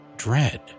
dread